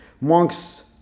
monks